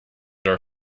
are